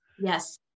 Yes